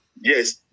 yes